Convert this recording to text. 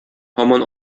һаман